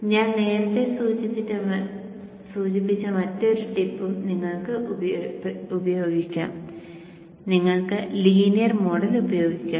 ഞാൻ നേരത്തെ സൂചിപ്പിച്ച മറ്റൊരു ടിപ്പും നിങ്ങൾക്ക് ഉപയോഗിക്കാം നിങ്ങൾക്ക് ലീനിയർ മോഡൽ ഉപയോഗിക്കാം